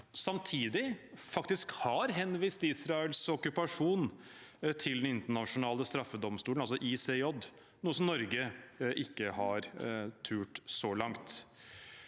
samtidig faktisk har henvist Israels okkupasjon til den internasjonale straffedomstolen, altså ICJ, noe Norge ikke har turt så langt.